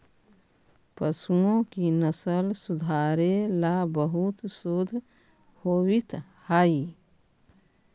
पशुओं की नस्ल सुधारे ला बहुत शोध होवित हाई